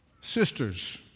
sisters